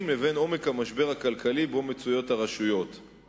לבין עומק המשבר הכלכלי שהרשויות נתונות בו.